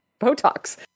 Botox